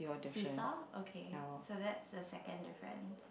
seesaw okay so that's the second difference